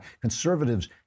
Conservatives